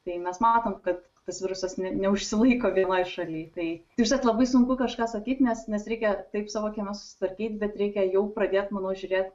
tai mes matom kad tas virusas ne neužsilaiko vienoj šaly tai tiesiog labai sunku kažką sakyt nes nes reikia taip savo kieme susitvarkyt bet reikia jau pradėt manau žiūrėt